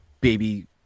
baby